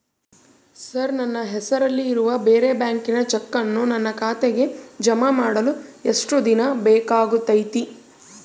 Sir ನನ್ನ ಹೆಸರಲ್ಲಿ ಇರುವ ಬೇರೆ ಬ್ಯಾಂಕಿನ ಚೆಕ್ಕನ್ನು ನನ್ನ ಖಾತೆಗೆ ಜಮಾ ಮಾಡಲು ಎಷ್ಟು ದಿನ ಬೇಕಾಗುತೈತಿ?